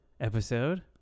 episode